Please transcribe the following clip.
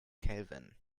kelvin